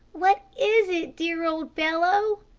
what is it, dear old fellow?